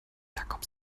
jakob